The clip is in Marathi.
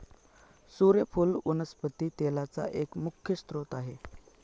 सुर्यफुल वनस्पती तेलाचा एक मुख्य स्त्रोत आहे